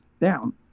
down